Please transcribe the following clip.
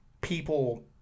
people